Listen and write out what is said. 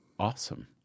awesome